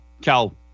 Cal